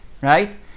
right